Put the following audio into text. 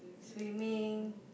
swimming